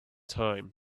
time